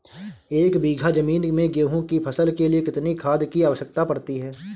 एक बीघा ज़मीन में गेहूँ की फसल के लिए कितनी खाद की आवश्यकता पड़ती है?